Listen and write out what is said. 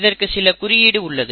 இதற்கு சில குறியீடு உள்ளது